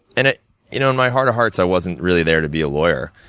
and, ah you know in my heart of hearts, i wasn't really there to be a lawyer.